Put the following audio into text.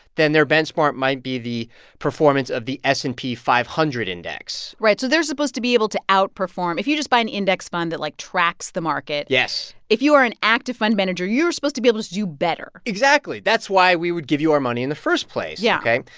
then their benchmark might be the performance of the s and p five hundred index right. so they're supposed to be able to outperform if you just buy an index fund that, like, tracks the market. yes if you are an active fund manager, you're supposed to be able to do better exactly. that's why we would give you our money in the first place yeah ok,